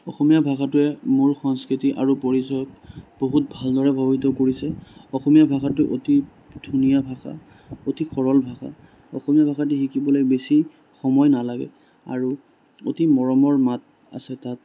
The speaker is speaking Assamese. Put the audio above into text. অসমীয়া ভাষাটোৱে মোৰ সংস্কৃতি আৰু পৰিচয় বহুত ভালদৰে প্ৰভাৱিত কৰিছে অসমীয়া ভাষাটো অতি ধুনীয়া ভাষা অতি সৰল ভাষা অসমীয়া ভাষাটো শিকিবলৈ বেছি সময় নালাগে আৰু অতি মৰমৰ মাত আছে তাত